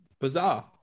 bizarre